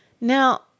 Now